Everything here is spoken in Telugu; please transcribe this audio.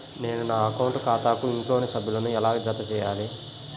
నేను నా అకౌంట్ ఖాతాకు ఇంట్లోని సభ్యులను ఎలా జతచేయాలి?